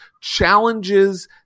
challenges